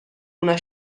una